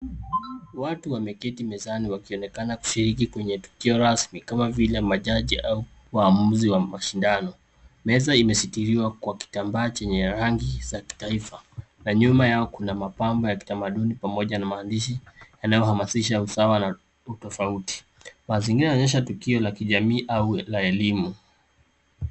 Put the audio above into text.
Watu wameketi mezani wakishiriki kwenye tukio rasmi kama vile majaji au waamuzi wa shindano. Meza imesitiriwa kwa kitambaa chenye rangi za kitaifa na nyuma yao kuna mapambo ya kitamaduni pamoja na maandishi yanayohamasisha usawa na utofauti. Mazingira inaonyesha tukio la kijamii au la elimu.